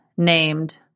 Named